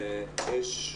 יש,